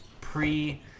pre